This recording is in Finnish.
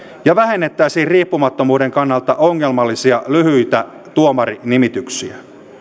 ja vähennettäisiin riippumattomuuden kannalta ongelmallisia lyhyitä tuomarinimityksiä